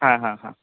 हां हां हां